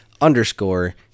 underscore